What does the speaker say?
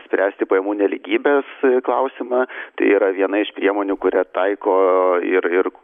spręsti pajamų nelygybės klausimą tai yra viena iš priemonių kurią taiko ir ir